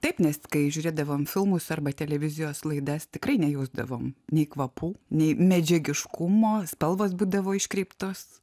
taip nes kai žiūrėdavom filmus arba televizijos laidas tikrai nejausdavom nei kvapų nei medžiagiškumo spalvos būdavo iškreiptos